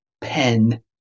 pen